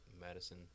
Madison